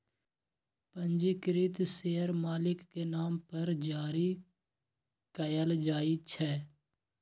पंजीकृत शेयर मालिक के नाम पर जारी कयल जाइ छै